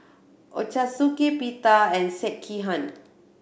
Ochazuke Pita and Sekihan